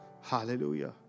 Hallelujah